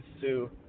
sue